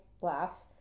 Laughs